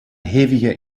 hevige